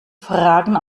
fragen